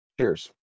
cheers